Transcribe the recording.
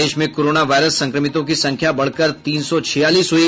प्रदेश में corona virus संक्रमितों की संख्या बढ़कर तीन सौ छियालीस हुई